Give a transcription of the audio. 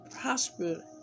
prosper